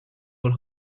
will